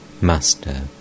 Master